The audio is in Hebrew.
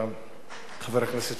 חבר הכנסת שכיב שנאן,